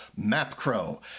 Mapcrow